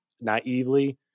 naively